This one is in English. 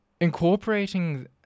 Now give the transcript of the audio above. incorporating